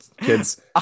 Kids